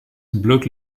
bloque